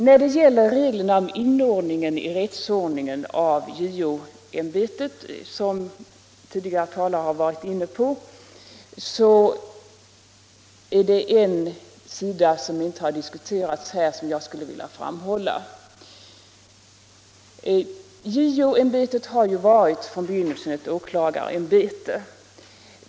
När det gäller reglerna om inordningen i rättsordningen av JO-ämbetet, som tidigare talare berört, skulle jag vilja framhålla en sida som inte har diskuterats här. JO-ämbetet har från begynnelsen varit ett åklagarämbete.